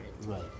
Right